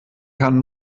kann